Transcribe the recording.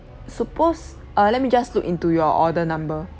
suppose err let me just look into your order number